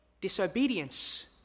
Disobedience